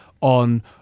on